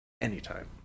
anytime